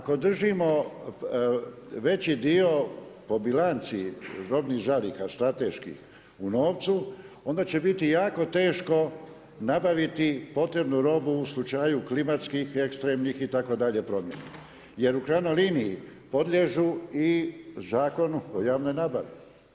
Ako držimo veći dio po bilanci robnih zaliha strateških u novcu, onda će biti jako teško nabaviti potrebnu robu u slučaju klimatskih, ekstremnih itd. promjena jer u krajnjoj liniji podliježu i Zakonu o javnoj nabavi.